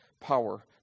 power